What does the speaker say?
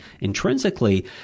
intrinsically